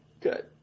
Good